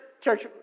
Church